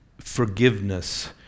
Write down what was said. forgiveness